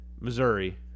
Missouri